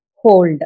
hold